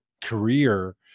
career